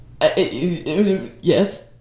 Yes